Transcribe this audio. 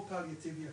או קל מצידי,